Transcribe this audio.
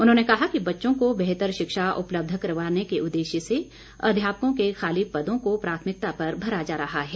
उन्होंने कहा कि बच्चों को बेहतर शिक्षा उपलब्ध करवाने के उद्देश्य से अध्यापकों के खाली पदों को प्राथमिकता पर भरा जा रहा है